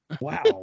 Wow